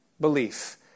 belief